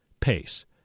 pace